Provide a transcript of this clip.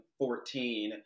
2014